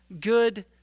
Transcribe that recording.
good